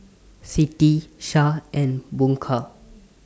Siti Shah and Bunga